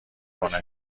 کنه